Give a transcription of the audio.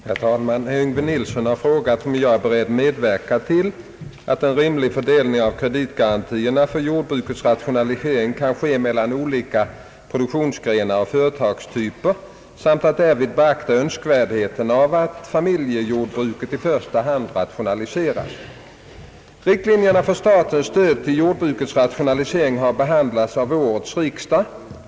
Herr talman! Herr Yngve Nilsson har frågat om jag är beredd medverka till att en rimlig fördelning av kreditgarantiramarna för jordbrukets rationalisering kan ske mellan olika produktionsgrenar och företagstyper samt att därvid beaktas önskvärdheten av att familjejordbruken i första hand rationaliseras. Riktlinjerna för statens stöd till jordbrukets rationalisering har behandlats av årets riksdag.